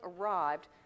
arrived